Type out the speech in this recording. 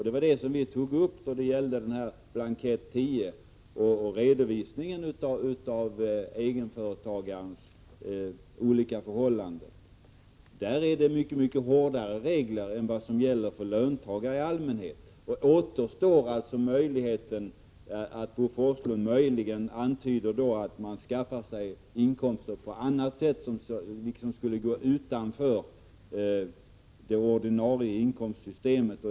Det var detta som vi tog upp när det gällde blankett 10 och redovisningen av egenföretagarnas uppgiftsskyldighet. Där gäller mycket hårdare regler än vad som gäller för löntagare i allmänhet. Då återstår alltså möjligheten att Bo Forslund antyder att man skaffar sig inkomster på sätt som skulle gå utanför det ordinarie inkomstsystemet.